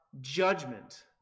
judgment